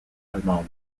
allemande